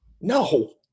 No